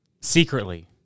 Secretly